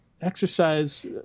exercise